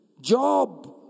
Job